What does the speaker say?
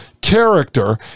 character